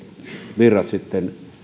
virrat sitten